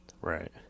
Right